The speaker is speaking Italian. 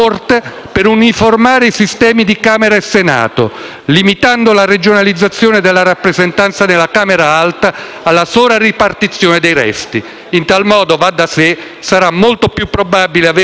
limitando la regionalizzazione della rappresentanza nella Camera alta alla sola ripartizione dei resti. In tal modo - va da sé - sarà molto più probabile avere nei due rami dell'assemblea maggioranze omogenee.